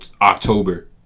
October